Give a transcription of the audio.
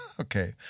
Okay